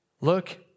Look